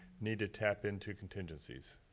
need to tap into contingencies?